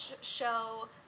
show